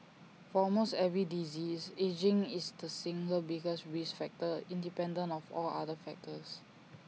for almost every disease ageing is the single biggest risk factor independent of all other factors